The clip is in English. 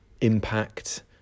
impact